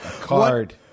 card